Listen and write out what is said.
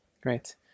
Great